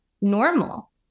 normal